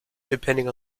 depending